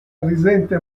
risente